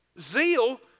Zeal